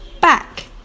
Back